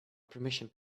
permission